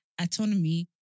autonomy